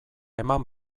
eman